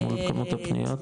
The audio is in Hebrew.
מול כמות הפניות?